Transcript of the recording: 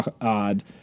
odd